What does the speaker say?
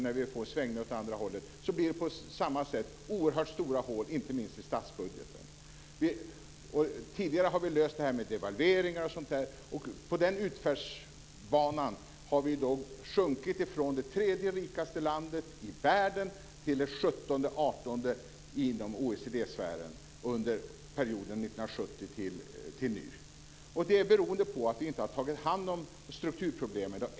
När vi får svängningar åt andra hållet blir det på samma sätt oerhört stora hål, inte minst i statsbudgeten. Tidigare har vi löst det här med devalveringar. På den utförsbanan har vi sjunkit från det tredje rikaste landet i världen till det sjuttonde artonde inom OECD-sfären under perioden 1970 till nu. Det beror på att vi inte har tagit hand om strukturproblemen.